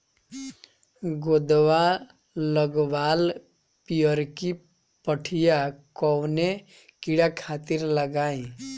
गोदवा लगवाल पियरकि पठिया कवने कीड़ा खातिर लगाई?